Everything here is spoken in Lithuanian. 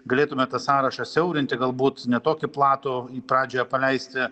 galėtume tą sąrašą siaurinti galbūt ne tokį platų pradžioje paleisti